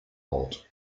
bord